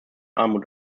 armut